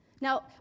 Now